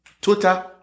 total